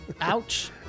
Ouch